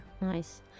Nice